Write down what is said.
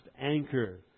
anchor